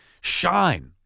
shine